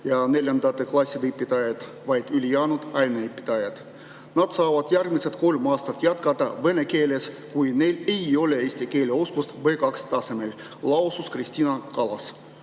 ja neljandate klasside õpetajad, vaid ülejäänud aineõpetajad. ""Nad saavad järgmised kolm aastat jätkata vene keeles, kuid neil ei ole eesti keele oskust B2-tasemel," lausus Kristina Kallas."